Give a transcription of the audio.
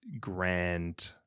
Grand